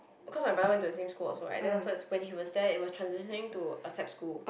cause my brother went to the same school also right then afterwards when he was there it was transitioning to a Sap school